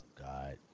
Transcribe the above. God